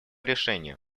решения